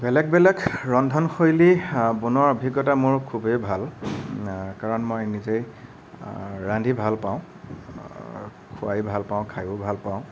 বেলেগ বেলেগ ৰন্ধনশৈলী বনোৱাৰ অভিজ্ঞতা মোৰ খুবেই ভাল কাৰণ মই নিজেই ৰান্ধি ভালপাওঁ খুৱাই ভালপাওঁ খায়ো ভালপাওঁ